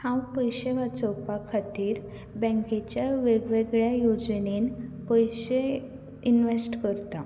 हांव पयशे वाचोवपा खातीर बँकेच्या वेगवेगळ्या येवजणेन पयशे इनवेस्ट करतां